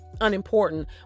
unimportant